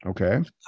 okay